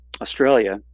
Australia